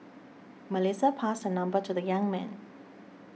Melissa passed her number to the young man